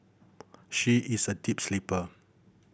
she is a deep sleeper